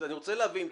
אני רוצה להבין.